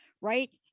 right